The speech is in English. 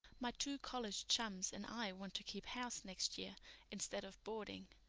my two college chums and i want to keep house next year instead of boarding,